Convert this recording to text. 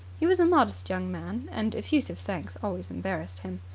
he was a modest young man, and effusive thanks always embarrassed him.